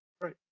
Right